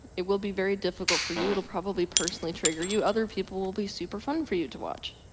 it will be very difficult for you. it will probably personally trigger you, other people will be super fun for you to watch.